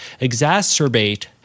exacerbate